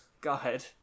god